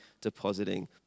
depositing